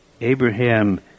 Abraham